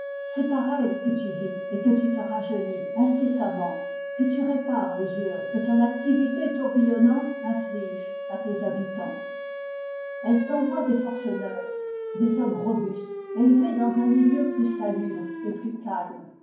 c'est par elles que tu vis et que tu te rajeunis incessamment que tu répares l'usure que ton activité tourbillonnante inflige à tes habitants elles t'envoient des forces neuves des hommes robustes élevés dans un milieu plus salubre et plus calme